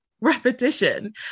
repetition